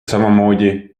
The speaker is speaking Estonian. samamoodi